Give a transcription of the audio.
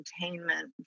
containment